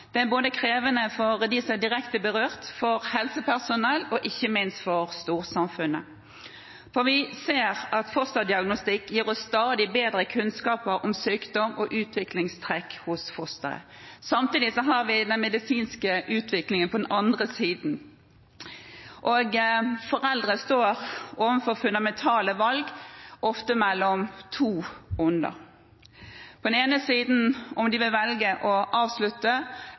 er krevende både for dem som er direkte berørt, for helsepersonell og ikke minst for storsamfunnet, for vi ser at fostervannsdiagnostikk gir oss stadig bedre kunnskaper om sykdom og utviklingstrekk hos fosteret. Samtidig har vi den medisinske utviklingen. Foreldre står overfor et fundamentalt valg – ofte mellom to onder – om de vil velge å avslutte